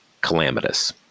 calamitous